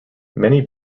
many